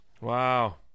Wow